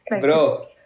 Bro